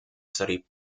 studied